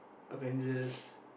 Avengers